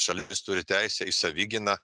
šalis turi teisę į savigyną